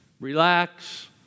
relax